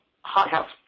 hothouse